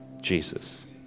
Jesus